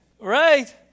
right